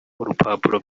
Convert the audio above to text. urupapuro